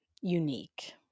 unique